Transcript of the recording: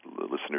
listeners